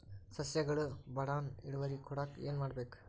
ಸಸ್ಯಗಳು ಬಡಾನ್ ಇಳುವರಿ ಕೊಡಾಕ್ ಏನು ಮಾಡ್ಬೇಕ್?